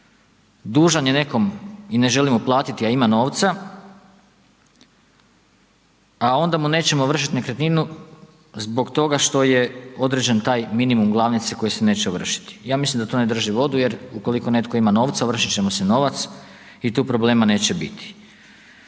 dužan je nekom i ne želi mu platiti, a ima novca, a onda mu nećemo vršiti nekretninu zbog toga što je određen taj minimum glavnice koji se neće ovršiti. Ja mislim da to ne drži vodu jer ukoliko netko ima novca, ovršit će mu se novac i tu problema neće biti.